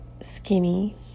skinny